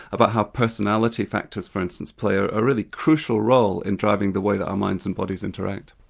about how personality factors, for instance, play a really crucial role in driving the way that our minds and bodies interact.